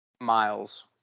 miles